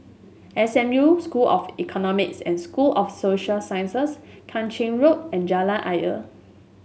S M U School of Economics and School of Social Sciences Kang Ching Road and Jalan Ayer